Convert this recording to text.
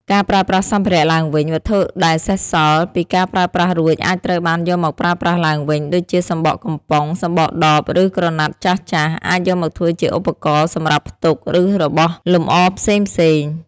ការប្រើប្រាស់សម្ភារៈឡើងវិញ វត្ថុដែលសេសសល់ពីការប្រើប្រាស់រួចអាចត្រូវបានយកមកប្រើប្រាស់ឡើងវិញ ដូចជាសំបកកំប៉ុង សម្បកដប ឬក្រណាត់ចាស់ៗ អាចយកមកធ្វើជាឧបករណ៍សម្រាប់ផ្ទុក ឬរបស់លម្អផ្សេងៗ។